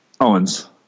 Owens